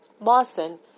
Lawson